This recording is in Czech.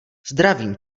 zdravím